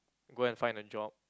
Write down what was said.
go and find a job